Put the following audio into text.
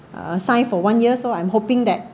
uh sign for one year so I'm hoping that